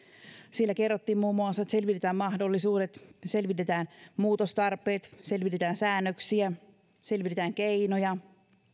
siellä kerrottiin muun muassa että selvitetään mahdollisuudet selvitetään muutostarpeet selvitetään säännöksiä selvitetään keinoja